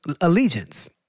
Allegiance